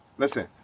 Listen